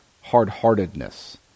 hard-heartedness